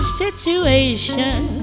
situation